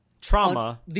Trauma